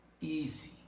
easy